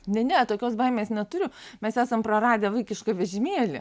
ne ne tokios baimės neturiu mes esam praradę vaikišką vežimėlį